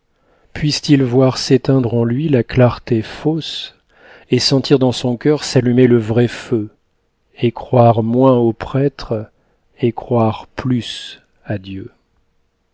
puisse-t-il voir s'éteindre en lui la clarté fausse et sentir dans son cœur s'allumer le vrai feu et croire moins au prêtre et croire plus à dieu